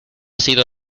sido